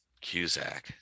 Cusack